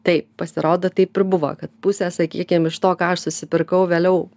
tai pasirodo taip ir buvo kad pusę sakykim iš to ką aš susipirkau vėliau